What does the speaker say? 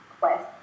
quest